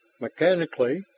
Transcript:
Mechanically